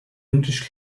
english